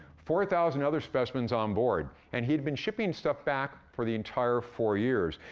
four thousand other specimens on board, and he'd been shipping stuff back for the entire four years.